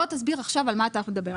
בוא תסביר עכשיו על מה אתה הולך לדבר?